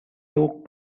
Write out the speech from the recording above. took